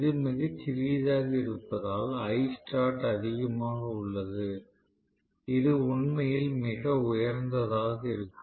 இது மிகச் சிறியதாக இருப்பதால் Istart அதிகமாக உள்ளது இது உண்மையில் மிக உயர்ந்ததாக இருக்கும்